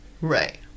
right